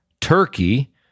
Turkey